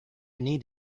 need